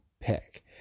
pick